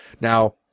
Now